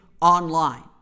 online